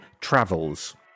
Travels